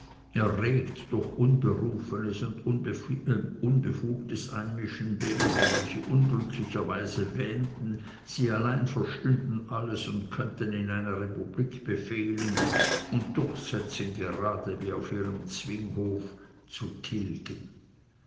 erregt durch unberufenes und unbefugtes einmischen derer welche unglücklicherweise wähnten sie allein verstünden alles und könnten in einer republik befehlen und durchsetzen gerade wie auf ihrem zwinghof zu tilgen